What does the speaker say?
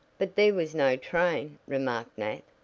but there was no train, remarked nat,